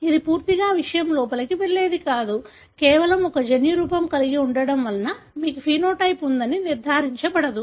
ఇది పూర్తిగా విషయం లోపలికి వెళ్ళేది కాదు కేవలం ఒక జన్యురూపం కలిగి ఉండటం వలన మీకు ఫెనోటైప్ ఉందని నిర్ధారించబడదు